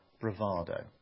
bravado